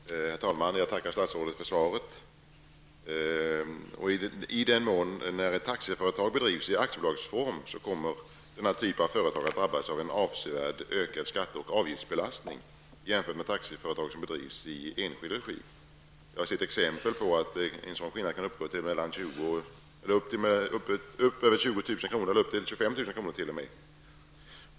Herr talman! Jag tackar statsrådet för svaret. I den mån ett taxiföretag bedrivs i aktiebolagsform kommer företaget att drabbas av en avsevärt ökad skatte och avgiftsbelastning i jämförelse med taxiföretag som bedrivs i enskild regi. Jag har sett exempel på att en sådan skillnad kan uppgå till över 20 000 eller t.o.m. 25 000 kr.